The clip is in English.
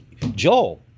Joel